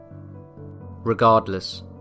Regardless